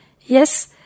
Yes